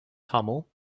tamil